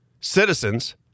citizens